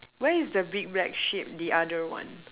where is the big black sheep the other one